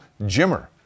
Jimmer